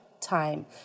time